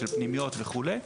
של פנימיות וכו'.